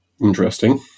Interesting